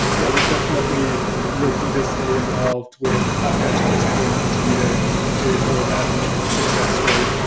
yeah we're definitely looking to stay involved with apache cassandra and continue to to grow that success story.